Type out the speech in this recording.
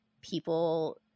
people